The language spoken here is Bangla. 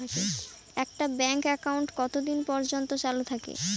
একটা ব্যাংক একাউন্ট কতদিন পর্যন্ত চালু থাকে?